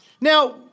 Now